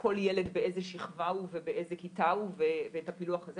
כל ילד באיזה שכבה הוא ובאיזה כיתה הוא ואת הפילוח הזה,